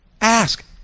Ask